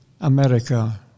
America